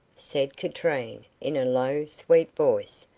said katrine, in a low, sweet voice,